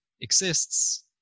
exists